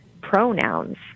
pronouns